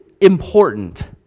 important